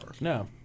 No